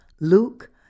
Luke